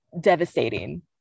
devastating